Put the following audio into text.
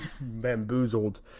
bamboozled